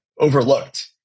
overlooked